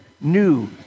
new